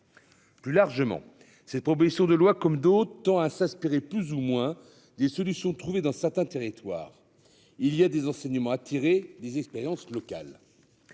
Plus largement cette propositions de loi comme d'autres ont à s'inspirer plus ou moins des solutions trouvées dans certains territoires. Il y a des enseignements à tirer des expériences locales.